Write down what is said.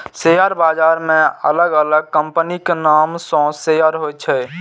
share बाजार मे अलग अलग कंपनीक नाम सं शेयर होइ छै